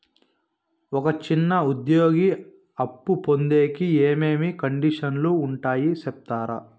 ఒక చిన్న ఉద్యోగి అప్పు పొందేకి ఏమేమి కండిషన్లు ఉంటాయో సెప్తారా?